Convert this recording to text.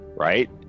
Right